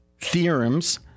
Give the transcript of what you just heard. theorems